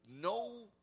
no